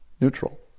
neutral